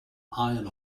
iron